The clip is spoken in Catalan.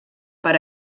per